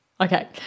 Okay